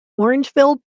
orangeville